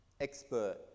expert